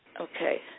Okay